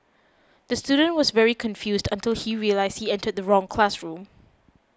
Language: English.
the student was very confused until he realised he entered the wrong classroom